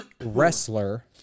wrestler